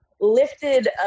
lifted